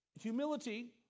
Humility